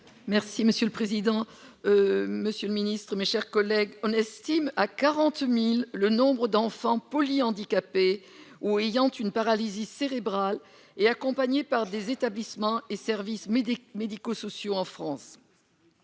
Merci monsieur le président, Monsieur le Ministre, mes chers collègues, on estime à 40000 le nombre d'enfants polyhandicapés ou ayant une paralysie cérébrale et accompagné par des établissements et services médicaux médico-sociaux en France,